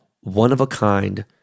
one-of-a-kind